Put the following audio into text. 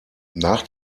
nach